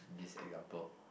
this example